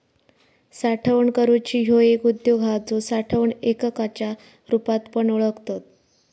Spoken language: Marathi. साठवण करूची ह्यो एक उद्योग हा जो साठवण एककाच्या रुपात पण ओळखतत